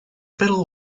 pedal